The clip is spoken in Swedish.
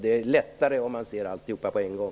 Det är lättare om man ser allt på en gång.